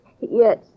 Yes